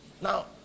Now